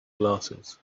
glasses